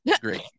great